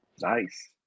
Nice